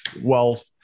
wealth